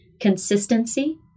consistency